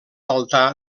altar